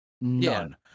None